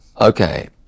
Okay